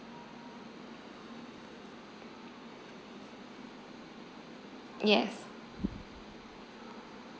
yes